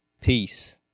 peace